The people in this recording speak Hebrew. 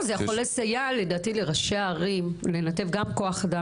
זה יכול לסייע לראשי הערים לנתב כוח אדם